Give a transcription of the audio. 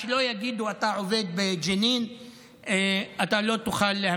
שלא יגידו: אתה עובד בג'נין,